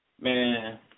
man